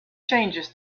changes